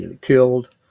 killed